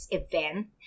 event